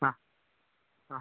ആ ആ